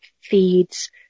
feeds